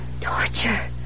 Torture